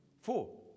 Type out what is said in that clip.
four